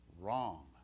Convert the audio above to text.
Wrong